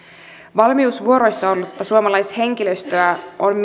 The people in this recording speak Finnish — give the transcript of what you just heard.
valmiusvuoroissa ollutta suomalaishenkilöstöä on